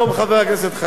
חבר הכנסת חנין.